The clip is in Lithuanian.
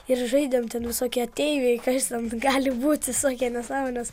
ir žaidėme ten visokie ateiviai kas ten gali būti visokias nesąmones